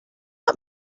not